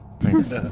Thanks